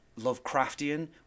Lovecraftian